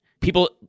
people